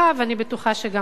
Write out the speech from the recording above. ואני בטוחה שגם השר.